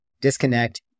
Disconnect